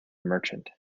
merchant